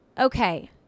okay